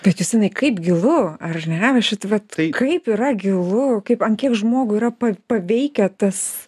bet justinai kaip gilu ar ne šit vat kaip yra gilu kaip ant kiek žmogų yra pa paveikę tas